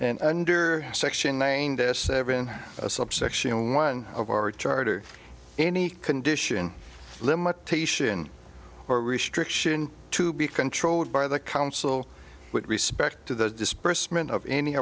and under section named as seven subsection one of our charter any condition limitation or restriction to be controlled by the council with respect to the disbursement of any